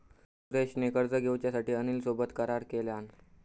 सुरेश ने कर्ज घेऊसाठी अनिल सोबत करार केलान